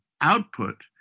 output